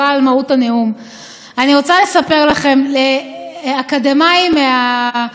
אני רוצה לספר לכם: אקדמאי מהמרכז הבינתחומי,